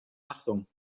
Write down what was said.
achtung